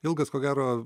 ilgas ko gero